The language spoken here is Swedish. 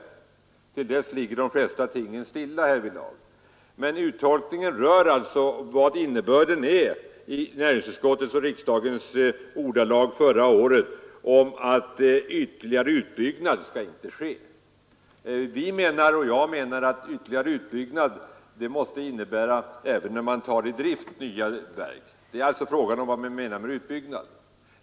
Till dess ligger de flesta frågorna stilla. Men det väsentliga är uttolkningen av och innebörden i näringsutskottets och riksdagens ordalag förra året om att det inte skall företas någon ytterligare utbyggnad. Jag menar, och vi menar, att detta med ytterligare utbyggnad måste gälla även för nya kraftverk som sättes i drift. Frågan är alltså vad som menas med utbyggnad.